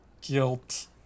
Guilt